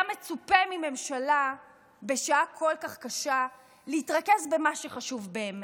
בשעה כל כך קשה היה מצופה מממשלה להתרכז במה שחשוב באמת,